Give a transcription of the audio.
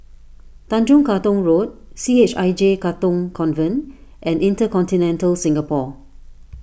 Tanjong Katong Road C H I J Katong Convent and Intercontinental Singapore